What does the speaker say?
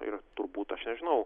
ir turbūt aš nežinau